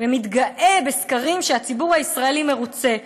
ומתגאה בסקרים המראים שהציבור הישראלי "מרוצה".